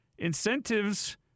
incentives